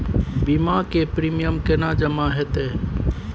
बीमा के प्रीमियम केना जमा हेते?